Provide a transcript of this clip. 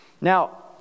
Now